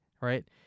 right